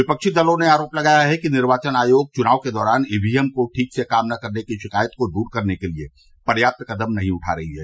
विपक्षी दलों ने आरोप लगाया है कि निर्वाचन आयोग चुनाव के दौरान ईवीएम के ठीक से काम न करने की शिकायत को दूर करने के लिए पर्याप्त कदम नही उठा रहा है